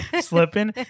slipping